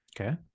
Okay